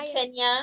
Kenya